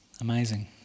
Amazing